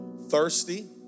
thirsty